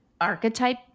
archetype